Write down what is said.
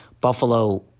Buffalo